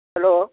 hello